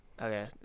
Okay